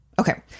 Okay